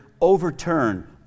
overturn